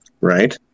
right